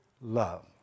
love